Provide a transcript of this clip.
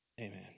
Amen